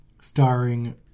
Starring